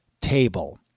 Table